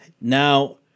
Now